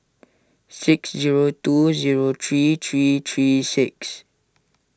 six zero two zero three three three six